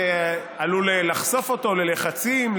זה עלול לחשוף אותו ללחצים,